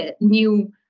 new